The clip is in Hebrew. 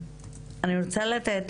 אני רוצה לתת